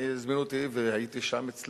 הם הזמינו אותי, הייתי אצלם